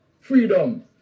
freedom